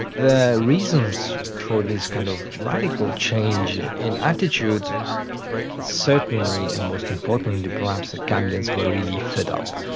the reasons for this kind of radical change in attitude is certainly and most importantly perhaps that gambians were really fed up,